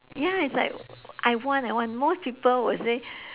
ya it's like I want I want most people would say